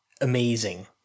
amazing